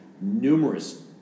numerous